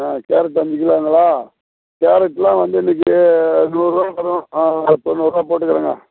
ஆ carrot அஞ்சு கிலோங்களா கேரடெலாம் வந்து இன்றைக்கி நூறுரூவா வரும் தொண்ணூறுரூவா போட்டுக்கிறேங்க